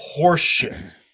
Horseshit